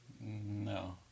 No